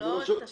לא את השב"ן.